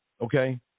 Okay